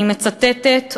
אני מצטטת,